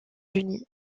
unis